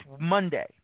Monday